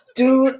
dude